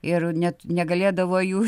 ir net negalėdavo jų